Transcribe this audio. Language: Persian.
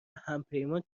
همپیمان